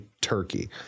Turkey